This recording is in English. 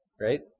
Right